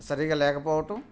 సరిగా లేకపోవటం